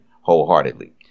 wholeheartedly